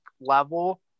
level